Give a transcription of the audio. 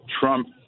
Trump